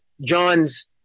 John's